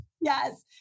Yes